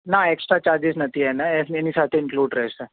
ના extra charges નથી એના એની સાથે ઈન્ક્લુડ રહેશે